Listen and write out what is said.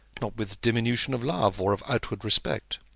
not with diminution of love or of outward respect.